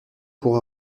pour